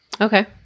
Okay